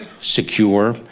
secure